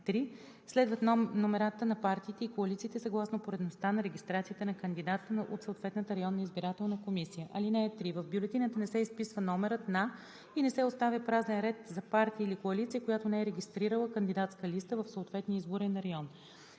3 следват номерата на партиите или коалициите съгласно поредността на регистрацията на кандидата от съответната районна избирателна комисия. (3) В бюлетината не се изписва номерът и не се оставя празен ред за партия или коалиция, която не е регистрирала кандидатска листа в съответния изборен район.